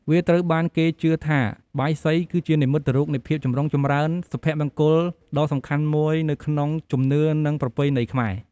វាត្រូវបានគេជឿថាបាយសីគឺជា និមិត្តរូប នៃភាពចម្រុងចម្រើន សុភមង្គលដ៏សំខាន់មួយនៅក្នុងជំនឿ និងប្រពៃណីខ្មែរ។